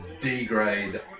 D-grade